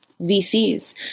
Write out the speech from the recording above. VCs